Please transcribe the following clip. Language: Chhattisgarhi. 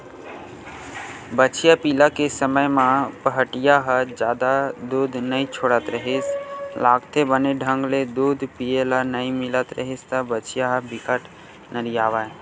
बछिया पिला के समे म पहाटिया ह जादा दूद नइ छोड़त रिहिस लागथे, बने ढंग ले दूद पिए ल नइ मिलत रिहिस त बछिया ह बिकट नरियावय